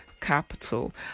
capital